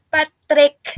Patrick